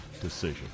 decision